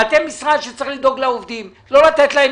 אתם משרד שצריך לדאוג לעובדים, לא לתת להם